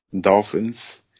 Dolphins